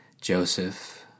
Joseph